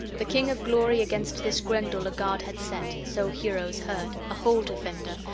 the king-of-glory against this grendel a guard had set, so heroes heard, a hall-defender,